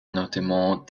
notamment